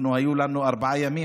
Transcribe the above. היו לנו ארבעה ימים,